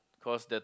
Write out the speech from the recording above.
cause that